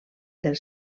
del